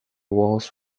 walls